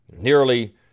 nearly